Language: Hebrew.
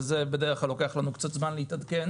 ובזה בדרך כלל לוקח לנו קצת זמן להתעדכן.